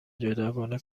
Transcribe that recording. جداگانه